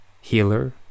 healer